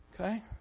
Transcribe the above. Okay